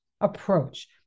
approach